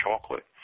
chocolate